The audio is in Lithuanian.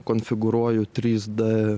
konfigūruoju trys d